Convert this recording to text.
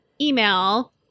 email